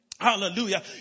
Hallelujah